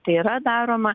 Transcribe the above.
tai yra daroma